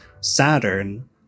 Saturn